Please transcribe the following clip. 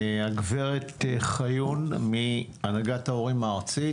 הגב' חיון מהנהגת ההורים הארצית.